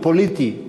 הוא פוליטי,